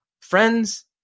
friends